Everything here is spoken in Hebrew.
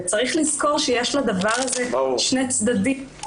צריך לזכור שיש לדבר הזה שני צדדים.